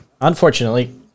unfortunately